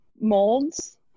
molds